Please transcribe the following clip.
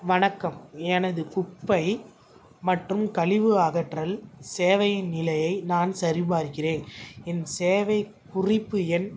வணக்கம் எனது குப்பை மற்றும் கலிழிவு அகற்றல் சேவையின் நிலையை நான் சரிபார்க்கிறேன் என் சேவை குறிப்பு எண்